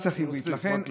מספיק, מקלב.